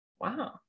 Wow